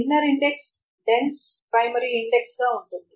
inner index dense primary index గా ఉంటుంది